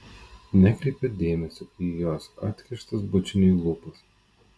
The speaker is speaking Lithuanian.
nekreipia dėmesio į jos atkištas bučiniui lūpas